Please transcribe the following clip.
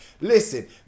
Listen